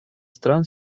стран